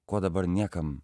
ko dabar niekam